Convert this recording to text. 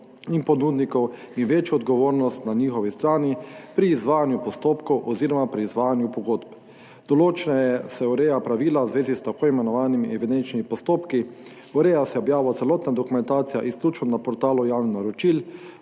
in ponudnikov in večjo odgovornost na njihovi strani pri izvajanju postopkov oziroma pri izvajanju pogodb. Določneje se ureja pravila v zvezi s tako imenovanimi evidenčnimi postopki, ureja se objavo celotne dokumentacije izključno na Portalu javnih naročil,